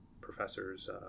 professors